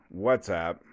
WhatsApp